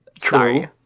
True